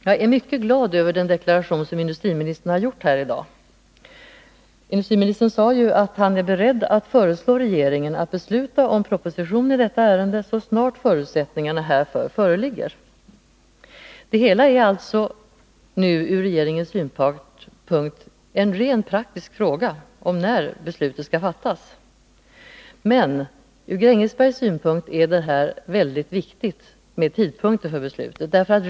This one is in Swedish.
Jag är mycket glad över den deklaration som industriministern gjort i dag. Industriministern sade att han är beredd att föreslå regeringen att besluta om proposition i detta ärende så snart förutsättningarna härför föreligger. Det hela är alltså nu ur regeringens synpunkt en rent praktisk fråga om när beslutet skall fattas. Men ur Grängesbergs synpunkt är tidpunkten för beslutet väldigt viktig.